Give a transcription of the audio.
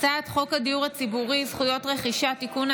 הצעת חוק הדיור הציבורי (זכויות רכישה) (תיקון,